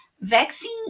vaccine